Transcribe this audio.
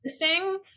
interesting